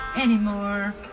anymore